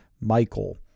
Michael